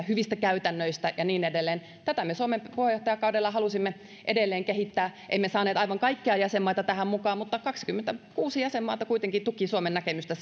hyvistä käytännöistä ja niin edelleen tätä me suomen puheenjohtajakaudella halusimme edelleen kehittää emme saaneet aivan kaikkia jäsenmaita tähän mukaan mutta kaksikymmentäkuusi jäsenmaata kuitenkin tuki suomen näkemystä